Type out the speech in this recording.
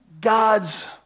God's